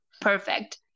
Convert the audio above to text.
perfect